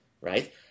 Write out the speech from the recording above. right